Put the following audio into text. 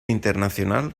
internacional